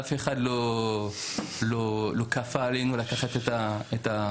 אף אחד לא כפה עלינו לקחת את ההכשר.